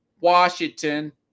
Washington